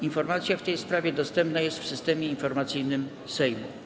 Informacja w tej sprawie dostępna jest w Systemie Informacyjnym Sejmu.